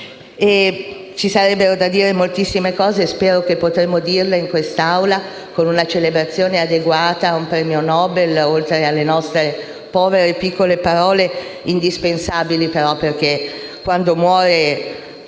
Ci sarebbero da dire moltissime cose e spero che potremo farlo in quest'Aula con una celebrazione adeguata ad un premio Nobel, oltre alle nostre povere e piccole parole; indispensabili, però, perché quando muore